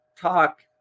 talk